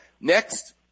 Next